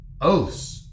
oaths